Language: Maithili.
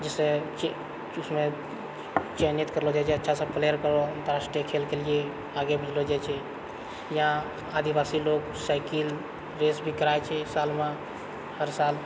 जिससे जिसमे चयनित करलो जाइत जे अच्छासँ प्लेयर कऽ अन्तराष्ट्रीय खेलके लिए आगे भेजलो जाइत छै या आदिवासी लोग साइकिल रेस भी करइ छै सालमे हर साल